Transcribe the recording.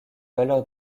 valeur